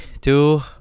two